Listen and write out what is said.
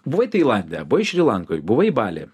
buvai tailande buvai šri lankoj buvai baly